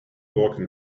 walking